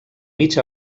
mig